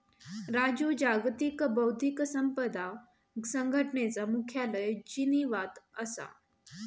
राजू जागतिक बौध्दिक संपदा संघटनेचा मुख्यालय जिनीवात असा